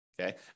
Okay